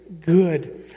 good